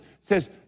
says